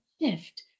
shift